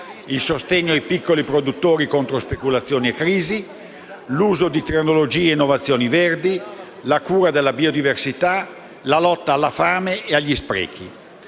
il sostegno ai piccoli produttori contro speculazioni e crisi; l'uso di tecnologie e innovazioni verdi; la cura della biodiversità; la lotta alla fame e agli sprechi.